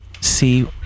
see